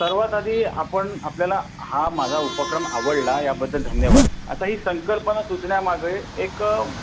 सर्वात आधी आपण आपल्याला हा माझा उपक्रम आवडला याबद्दल धन्यवाद आता ही संकल्पना सुचण्यामागं एक